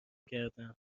کردم